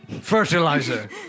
fertilizer